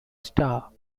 star